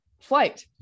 flight